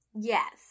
Yes